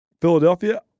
Philadelphia